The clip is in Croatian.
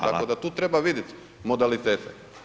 Tako da tu treba vidit modalitete.